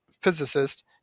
physicist